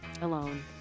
alone